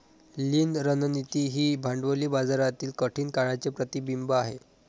लीन रणनीती ही भांडवली बाजारातील कठीण काळाचे प्रतिबिंब आहे